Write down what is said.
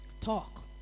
Talk